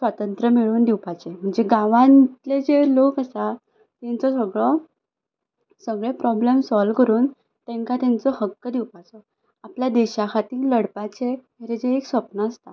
स्वातंत्र्य मेळून दिवपाचें म्हणजे गांवान इतले जे लोक आसा तेंचो जो सगलें प्रोब्लेम सोल्व करून तेंकां तेंचो हक्क दिवपाचो आपल्या देशाक खातीर लडपाचें हें तेजें एक सपन आसा